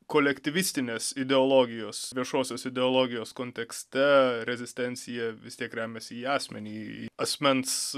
kolektyvistinės ideologijos viešosios ideologijos kontekste rezistencija vis tiek remiasi į asmenį į asmens